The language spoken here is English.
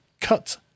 cut